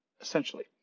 essentially